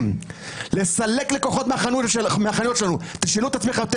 ד"ר שלמון נותק מהזום, בינתיים נשמע את עמדת